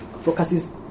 focuses